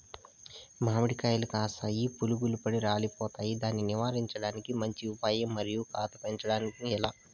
మామిడి కాయలు కాస్తాయి పులుగులు పడి రాలిపోతాయి దాన్ని నివారించడానికి మంచి ఉపాయం మరియు కాత పెంచడము ఏలా?